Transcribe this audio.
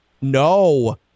No